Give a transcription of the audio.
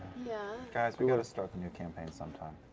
yeah guys, we've got to start the new campaign sometime.